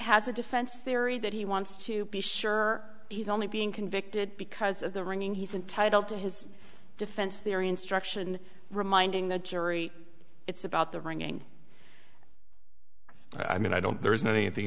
has a defense theory that he wants to be sure he's only being convicted because of the ringing he's entitled to his defense theory instruction reminding the jury it's about the ringing i mean i don't there isn't